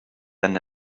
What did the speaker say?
than